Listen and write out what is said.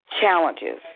challenges